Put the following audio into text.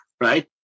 right